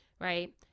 right